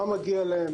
מה מגיע להם,